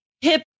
hip